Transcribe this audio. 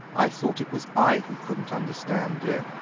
i thought it was i who couldn't understand, dear.